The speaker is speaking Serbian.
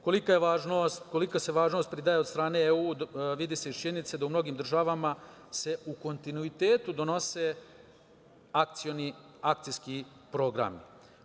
Kolika se važnost pridaje od strane EU, vidi se iz činjenice da u mnogim državama se u kontinuitetu donose akcioni akcijski programi.